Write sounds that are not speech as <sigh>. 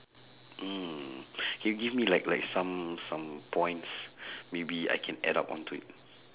mm <breath> can you give me like like some some points <breath> maybe I can add up onto it